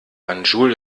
banjul